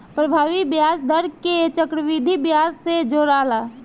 प्रभावी ब्याज दर के चक्रविधि ब्याज से जोराला